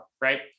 right